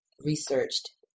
researched